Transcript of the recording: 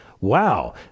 Wow